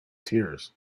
tears